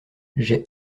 j’ai